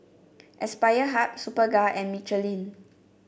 Aspire Hub Superga and Michelin